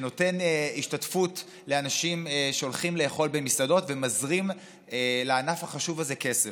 שנותן השתתפות לאנשים שהולכים לאכול במסעדות ומזרים לענף החשוב הזה כסף.